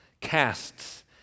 casts